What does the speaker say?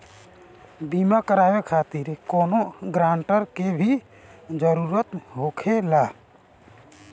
बीमा कराने खातिर कौनो ग्रानटर के भी जरूरत होखे ला?